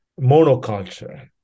Monoculture